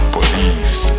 Police